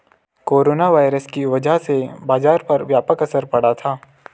corona virus की वजह से बाजार पर व्यापक असर पड़ा था